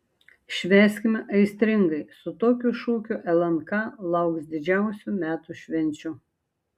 švęskime aistringai su tokiu šūkiu lnk lauks didžiausių metų švenčių